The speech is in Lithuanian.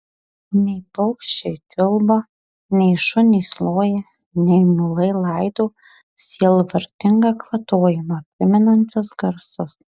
nei paukščiai čiulba nei šunys loja nei mulai laido sielvartingą kvatojimą primenančius garsus